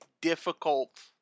difficult